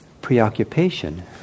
preoccupation